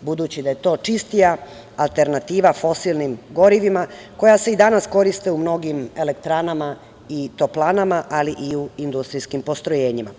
budući da je to čistija alternativa fosilnim gorivima, koja se i danas koriste u mnogim elektranama i toplanama, ali i u industrijskim postrojenjima.